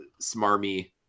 smarmy